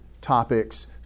topics